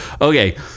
Okay